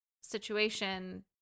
situation